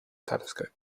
telescope